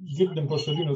girdim pašalinius